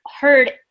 heard